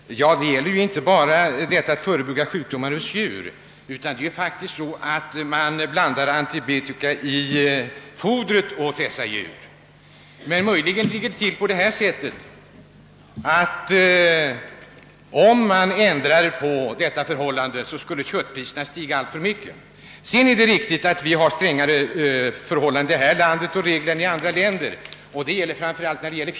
Herr talman! Här gäller det ju inte bara att förebygga sjukdomar hos djur. Uppfödarna blandar antibiotika i fodret till dessa djur för att därmed göra produktionen mera lönsam. Möjligen ligger det till på det sättet, att om man ändrar på detta tillvägagångssätt, skulle köttpriserna stiga alltför mycket. Sedan är det alldeles riktigt att vi har strängare regler här i landet än andra länder på detta område, men det gäller framför allt fiskerinäringen.